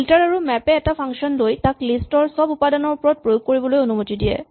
filter আৰু map এ এটা ফাংচন লৈ তাক লিষ্ট ৰ চব উপাদানৰ ওপৰত প্ৰয়োগ কৰিবলৈ অনুমতি দিয়ে